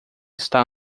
está